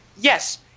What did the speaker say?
yes